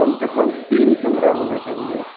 कम से कम तीन कमरा होना चाहिए